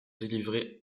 délivrés